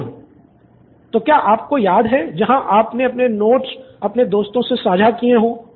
student 4 ज़रूर student १ तो क्या आपको याद है जहाँ आपने अपने नोट्स अपने दोस्तों के साथ साझा किए हो